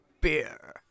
beer